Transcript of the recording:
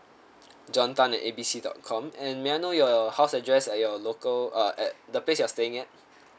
john tan at A B C dot com and may I know your house address at your local uh at the place you're staying at